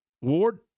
Ward